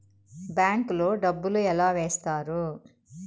bank లో డబ్బులు ఎలా వేస్తారు